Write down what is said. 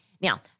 Now